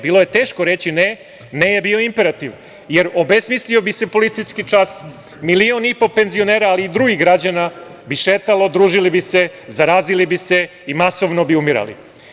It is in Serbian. Bilo je teško reći – ne, ne je bio imperativ, jer obesmislio bi se policijski čas, milion i po penzionera, ali i drugih građana bi šetalo, družili bi se, zarazili bi se i masovno bi umirali.